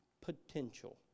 potential